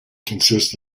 consists